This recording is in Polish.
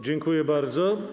Dziękuję bardzo.